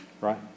right